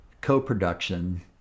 co-production